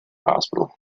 hospital